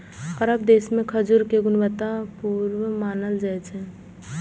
अरब देश के खजूर कें गुणवत्ता पूर्ण मानल जाइ छै